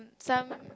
some